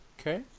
Okay